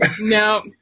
No